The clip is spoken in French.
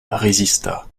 résista